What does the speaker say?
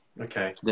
Okay